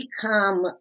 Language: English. become